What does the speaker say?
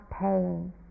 pain